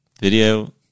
video